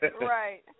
right